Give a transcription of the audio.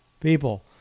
people